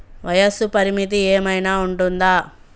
వయస్సు పరిమితి ఏమైనా ఉంటుందా?